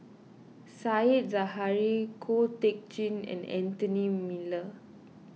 Said Zahari Ko Teck Kin and Anthony Miller